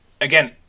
again